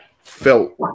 felt